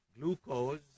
Glucose